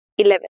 11